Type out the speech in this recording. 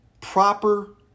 proper